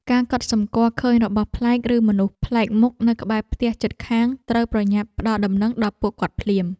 ការកត់សម្គាល់ឃើញរបស់ប្លែកឬមនុស្សប្លែកមុខនៅក្បែរផ្ទះជិតខាងត្រូវប្រញាប់ផ្ដល់ដំណឹងដល់ពួកគាត់ភ្លាម។